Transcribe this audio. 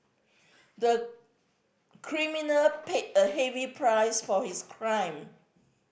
the criminal paid a heavy price for his crime